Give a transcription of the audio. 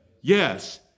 Yes